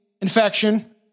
infection